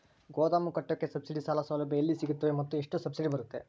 ಗೋದಾಮು ಕಟ್ಟೋಕೆ ಸಬ್ಸಿಡಿ ಸಾಲ ಸೌಲಭ್ಯ ಎಲ್ಲಿ ಸಿಗುತ್ತವೆ ಮತ್ತು ಎಷ್ಟು ಸಬ್ಸಿಡಿ ಬರುತ್ತೆ?